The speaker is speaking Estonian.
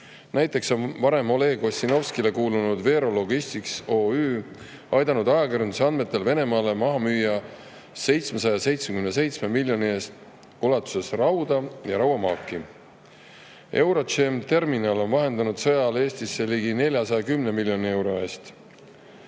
Näiteks on varem Oleg Ossinovskile kuulunud Vero Logistics OÜ aidanud ajakirjanduse andmetel Venemaal maha müüa 777 miljoni euro eest rauda ja rauamaaki. EuroChem Terminal on vahendanud sõja ajal Eestisse ligi 410 miljoni euro eest